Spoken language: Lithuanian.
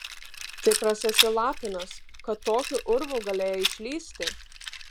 tikras esi lapinas kad tokiu urvu galėjai išlįsti